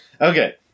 Okay